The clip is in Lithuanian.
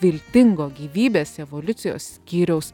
viltingo gyvybės evoliucijos skyriaus